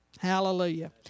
Hallelujah